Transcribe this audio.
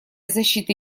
защиты